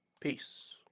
Peace